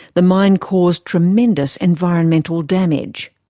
the mine caused tremendous environmental damage.